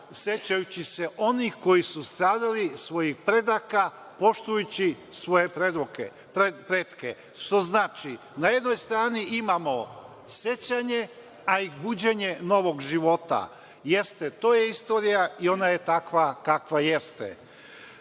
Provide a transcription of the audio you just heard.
sećajući se onih koji su stradali, svojih predaka, poštujući svoje pretke. Što znači da na jednoj strani imamo sećanje, a i buđenje novog života. Jeste, to je istorija i ona je takva kakva